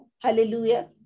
Hallelujah